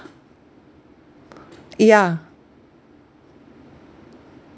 yeah